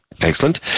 Excellent